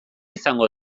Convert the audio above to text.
izango